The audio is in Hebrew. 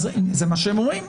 זה מה שהם אומרים.